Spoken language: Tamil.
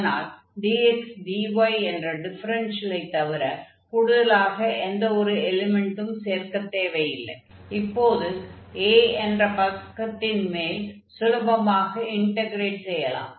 அதனால் dx dy என்ற டிஃபரென்ஷியலை தவிர கூடுதலாக எந்த எலிமென்டும் சேர்க்கத் தேவையில்லை இப்போது A என்ற பக்கத்தின் மேல் சுலபமாக இன்டக்ரேட் செய்யலாம்